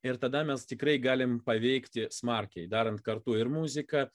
ir tada mes tikrai galim paveikti smarkiai darant kartu ir muziką